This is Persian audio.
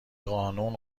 قانون